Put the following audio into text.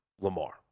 Lamar